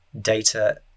data